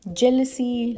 jealousy